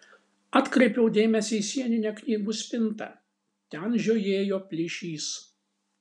atkreipiau dėmesį į sieninę knygų spintą ten žiojėjo plyšys